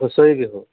Husori Bihu